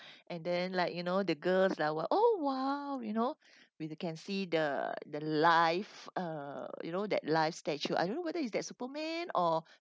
and then like you know the girls like [what] oh !wow! you know we too can see the the life uh you know that life statue I don't know whether is that superman or